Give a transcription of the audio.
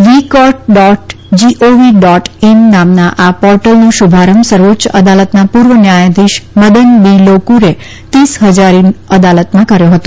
વીકોર્ટ dot G O V dot in નામના આ પોર્ટલનો શુભારંભ સર્વોચ્ય અદાલતના પુર્વ ન્યાયાધીશ મદન બી લોકુરે તીસફજારી અદાલતમાં કર્યો હતો